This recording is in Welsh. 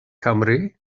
cymry